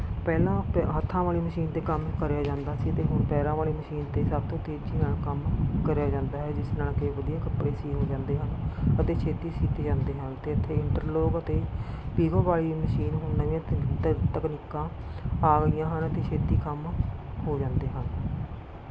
ਪਹਿਲਾਂ ਹੱਥਾਂ ਵਾਲੀ ਮਸ਼ੀਨ 'ਤੇ ਕੰਮ ਕਰਿਆ ਜਾਂਦਾ ਸੀ ਅਤੇ ਹੁਣ ਪੈਰਾਂ ਵਾਲੀ ਮਸ਼ੀਨ 'ਤੇ ਸਭ ਤੋਂ ਤੇਜ਼ੀ ਨਾਲ਼ ਕੰਮ ਕਰਿਆ ਜਾਂਦਾ ਹੈ ਜਿਸ ਨਾਲ਼ ਕਿ ਵਧੀਆ ਕੱਪੜੇ ਸੀਅ ਹੋ ਜਾਂਦੇ ਹਨ ਅਤੇ ਛੇਤੀ ਸੀਤੇ ਜਾਂਦੇ ਹਨ ਅਤੇ ਇੱਥੇ ਇੰਟਰਲੋਕ ਅਤੇ ਪੀਕੋ ਵਾਲੀ ਮਸ਼ੀਨ ਹੁਣ ਨਵੀਆਂ ਤਕ ਤ ਤਕਨੀਕਾਂ ਆ ਗਈਆਂ ਹਨ ਅਤੇ ਛੇਤੀ ਕੰਮ ਹੋ ਜਾਂਦੇ ਹਨ